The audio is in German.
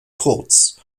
kurz